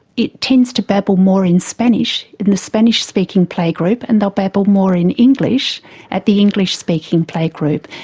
it tends to babble more in spanish in a spanish speaking play group and they'll babble more in english at the english speaking play group,